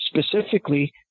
specifically